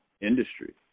industry